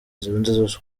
zose